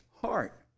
heart